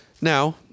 now